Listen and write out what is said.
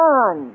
on